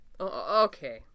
Okay